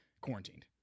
quarantined